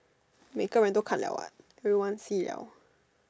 每个人都看了 what everyone see liao